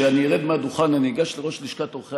אני מבטיח שכשאני ארד מהדוכן אני אגש לראש לשכת עורכי